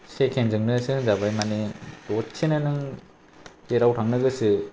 सेकेण्डजोंनोसो होनजाबाय माने दसेनो नों जेराव थांनो गोसो